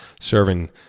serving